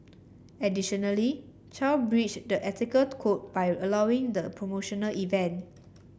additionally Chow breached the ethical code by allowing the promotional event